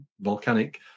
volcanic